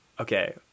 Okay